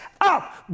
up